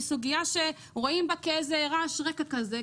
סוגיה שרואים בה כאיזה רעש רקע כזה.